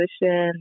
position